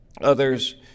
others